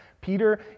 Peter